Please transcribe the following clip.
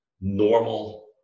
normal